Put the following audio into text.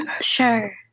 Sure